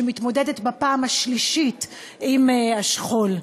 שכבר מתמודדת בפעם השלישית עם השכול.